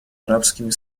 арабскими